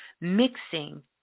mixing